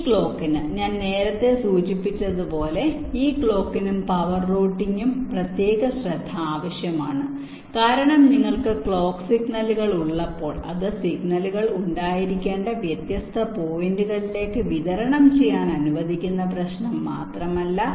ഈ ക്ലോക്കിന് ഞാൻ നേരത്തേ സൂചിപ്പിച്ചതുപോലെ ഈ ക്ലോക്കിനും പവർ റൂട്ടിംഗിനും പ്രത്യേക ശ്രദ്ധ ആവശ്യമാണ് കാരണം നിങ്ങൾക്ക് ക്ലോക്ക് സിഗ്നലുകൾ ഉള്ളപ്പോൾ അത് സിഗ്നലുകൾ ഉണ്ടായിരിക്കേണ്ട വ്യത്യസ്ത പോയിന്റുകളിലേക്ക് വിതരണം ചെയ്യാൻ അനുവദിക്കുന്ന പ്രശ്നം മാത്രമല്ല